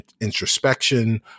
introspection